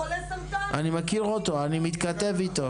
אני מכיר אותו, אני מתכתב איתו.